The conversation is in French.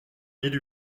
mille